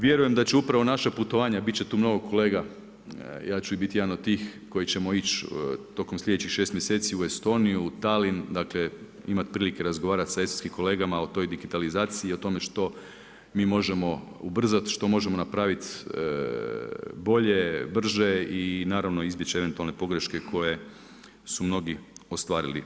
Vjerujem da će upravo naša putovanja, biti će tu mnogo kolega, ja ću biti jedan od tih koji ćemo ići tokom sljedećih 6 mjeseci u Estoniju, Tallinn, dakle imati priliku razgovarati sa estonskim kolegama o toj digitalizaciji i o tome što mi možemo ubrzati, što možemo napraviti bolje, brže i naravno izbjeći eventualne pogreške koje su mnogi ostvarili.